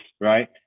right